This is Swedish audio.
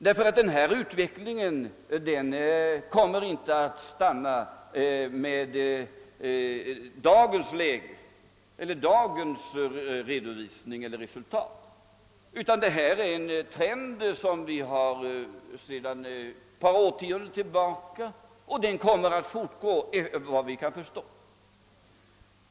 Det hela kommer inte att stanna vid dagens läge, dagens redovisning eller resultat, utan det är fråga om en trend som pågått sedan ett par årtionden tillbaka och som kommer att fortsätta, efter vad vi kan förstå.